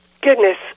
Goodness